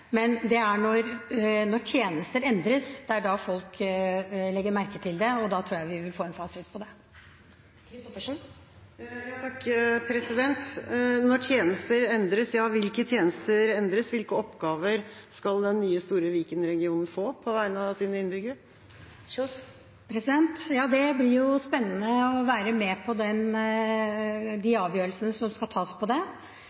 Men det er når tjenester endres, at folk legger merke til det, og da tror jeg vi vil få en fasit på det. «Når tjenester endres» – ja, hvilke tjenester endres? Hvilke oppgaver skal den nye, store Viken-regionen få på vegne av sine innbyggere? Det blir spennende å være med på de avgjørelsene som skal tas når det